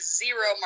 zero